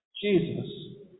Jesus